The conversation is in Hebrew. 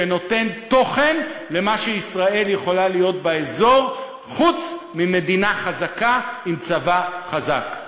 שנותן תוכן למה שישראל יכולה להיות באזור חוץ ממדינה חזקה עם צבא חזק.